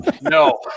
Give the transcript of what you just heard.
No